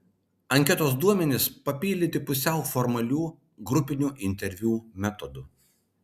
anketos duomenys papildyti pusiau formalių grupinių interviu metodu